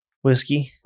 whiskey